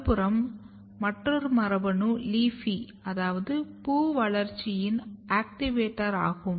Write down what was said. மறுபுறம் மற்றொரு மரபணு LEAFY அது பூ வளர்ச்சியின் ஆக்டிவேட்டர் ஆகும்